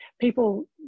people